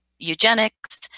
eugenics